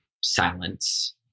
silence